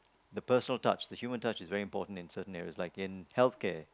the personal touch the human touch is very important in certain area like in health care